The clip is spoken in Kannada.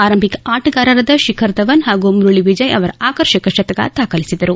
ಆರಂಭಿಕ ಆಟಗಾರರಾದ ಶಿಖರ್ ಧವನ್ ಪಾಗೂ ಮುರಳ ವಿಜಯ್ ಅವರ ಆಕರ್ಷಕ ಶತಕ ದಾಖಲಿಸಿದರು